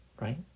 right